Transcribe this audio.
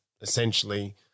essentially –